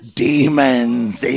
demons